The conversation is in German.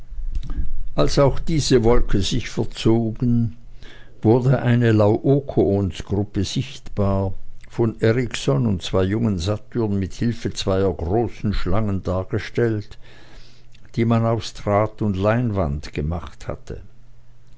als auch diese wolke sich verzogen wurde eine laokoonsgruppe sichtbar von erikson und zwei jungen satyrn mit hilfe zweier großen schlangen dargestellt die man aus draht und leinwand gemacht hatte